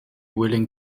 willing